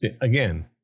again